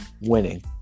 winning